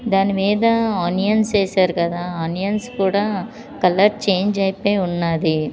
దానిమీద ఆనియన్స్ వేశారు కదా ఆనియన్స్ కూడా కలర్ చేంజ్ అయిపోయి ఉన్నది